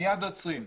מיד עוצרים,